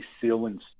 ceiling's